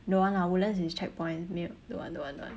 don't want lah woodlands is checkpoint 没有 don't want don't want don't want